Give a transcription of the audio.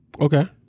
Okay